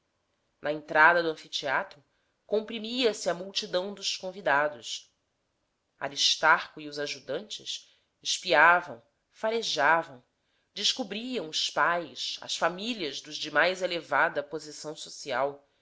na entrada do anfiteatro comprimia se a multidão dos convidados aristarco e os ajudantes espiavam farejavam descobriam os pais as famílias dos de mais elevada posição social